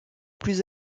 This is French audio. plus